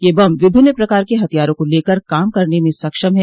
यह बम विभिन्न प्रकार के हथियारों को लेकर काम करने में सक्षम है